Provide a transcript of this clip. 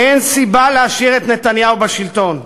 אין סיבה להשאיר את נתניהו בשלטון.